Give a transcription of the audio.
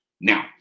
Now